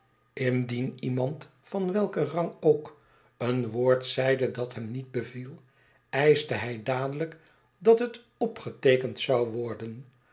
indien iemand van welken rang ook een woord zeide dat hem niet beviel eischte hij dadelijk dat het opgeteekend zou worden